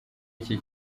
iki